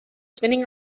spinning